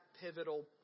pivotal